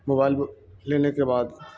mobile لینے کے بعد